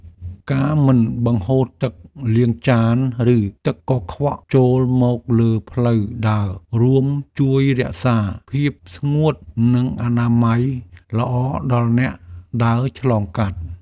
ការមិនបង្ហូរទឹកលាងចានឬទឹកកខ្វក់ចូលមកលើផ្លូវដើររួមជួយរក្សាភាពស្ងួតនិងអនាម័យល្អដល់អ្នកដើរឆ្លងកាត់។